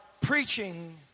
preaching